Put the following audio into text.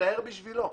מצטער בשבילו,